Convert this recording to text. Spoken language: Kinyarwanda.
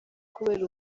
kubera